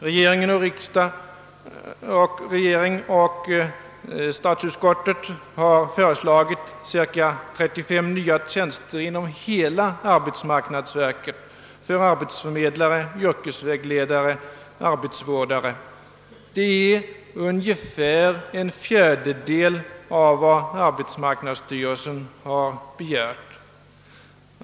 Regeringen och statsutskottet har föreslagit cirka 35 nya tjänster inom hela arbetsmarknadsverket, för arbetsförmedlare, yrkesvägledare och arbetsvårdare. Det är ungefär en fjärdedel av vad arbetsmarknadsstyrelsen har begärt.